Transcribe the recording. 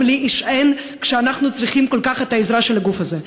להישען כשאנחנו צריכים כל כך את העזרה של הגוף הזה.